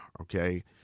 okay